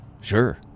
Sure